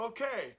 Okay